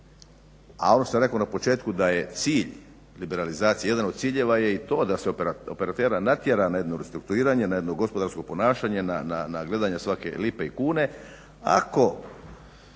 što sam rekao na početku da je cilj liberalizacije, jedan od ciljeva je i to da se operatera natjera na jednu restrukturiranje, na jedno gospodarsko ponašanje, na gledanje svake lipe i kune ako